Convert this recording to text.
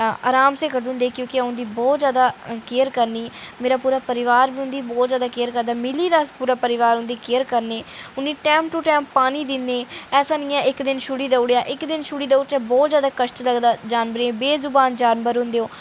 आराम नै कड्ढी ओड़दे क्यूंकि में उं'दी बहुत जैदा केयर करनी मेरा पूरा परिवार उं'दी केयर करदे अस पूरा परोआर उं'दी केयर करदे उ'नें गी टाइम टू टाइम पानी देना ऐसा निं ऐ इक दिन छोड़ी देई ओडे़ इक दिन छोड़ी देई ओड़चै तां बहुत जैदा प्राॅब्लम होंदी ऐ जानवरें गी बेजुबान जानवर होंदे ओह्